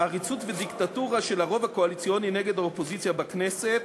עריצות ודיקטטורה של הרוב הקואליציוני נגד האופוזיציה בכנסת,